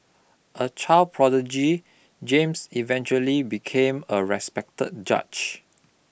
a child prodigy James eventually became a respected judge